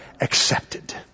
accepted